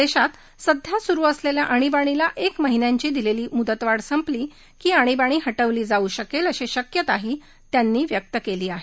देशात सध्या सुरु असलेल्या आणिबाणीला एक महिन्याची दिलेली मुदतवाढ संपली की आणिबाणी हा बेली जाऊ शकेल अशी शक्यताही सिरीसेना यांनी व्यक्त केली आहे